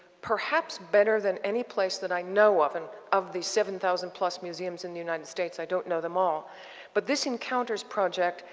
perhaps better than any place that i know of and of the seven thousand plus museums in the united states, don't know them all but this encounters project,